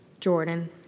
Jordan